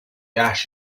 ash